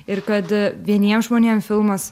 ir kad vieniem žmonėm filmas